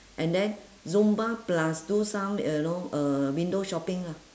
and then zumba plus do some uh you know uh window shopping lah